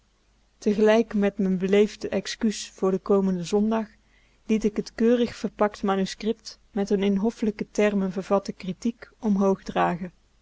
tegelijk met m'n beleefd excuus voor den komenden zondag liet ik het keurig verpakt manuscript met een in hoffelijke termen vervatte critiek omhoog dragen